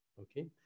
okay